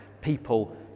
people